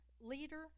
leader